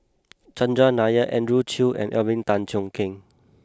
Chandran Nair Andrew Chew and Alvin Tan Cheong Kheng